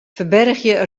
ferbergje